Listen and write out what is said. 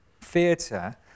theatre